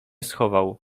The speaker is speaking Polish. schował